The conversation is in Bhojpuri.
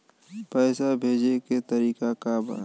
पैसा भेजे के तरीका का बा?